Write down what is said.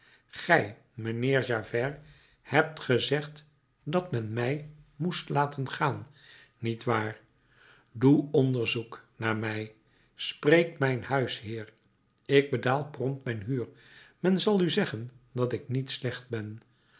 gij mijnheer javert hebt gezegd dat men mij moest laten gaan niet waar doe onderzoek naar mij spreek mijn huisheer ik betaal prompt mijn huur men zal u zeggen dat ik niet slecht ben